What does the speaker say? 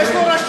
יש לו רשות,